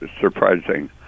surprising